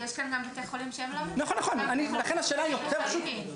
יש גם בתי חולים שהם לא --- לכן השאלה היא יותר פשוטה.